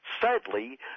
Sadly